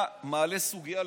אתה מעלה סוגיה,